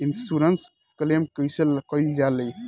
Insurance claim कइसे कइल जा ले?